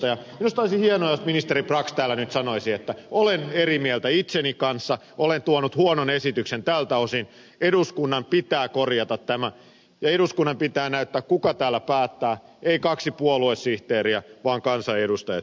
minusta olisi hienoa jos ministeri brax täällä nyt sanoisi että olen eri mieltä itseni kanssa olen tuonut huonon esityksen tältä osin eduskunnan pitää korjata tämä ja eduskunnan pitää näyttää kuka täällä päättää ei kaksi puoluesihteeriä vaan kansanedustajat